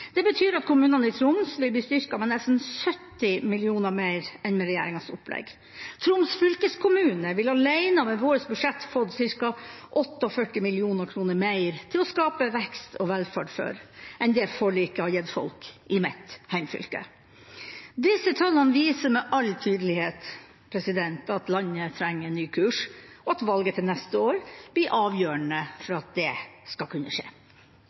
Det betyr at kommunene i Troms vil bli styrket med nesten 70 mill. kr mer enn med regjeringas opplegg. Troms fylkeskommune ville alene med vårt budsjett fått ca. 48 mill. kr mer til å skape vekst og velferd for enn det forliket har gitt folk i mitt hjemfylke. Disse tallene viser med all tydelighet at landet trenger en ny kurs, og at valget til neste år blir avgjørende for at det skal kunne skje.